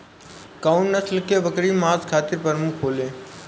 कउन नस्ल के बकरी मांस खातिर प्रमुख होले?